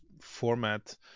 format